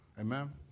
Amen